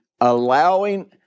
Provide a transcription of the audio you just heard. allowing